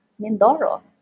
Mindoro